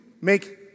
make